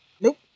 Nope